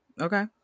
okay